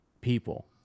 people